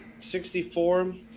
64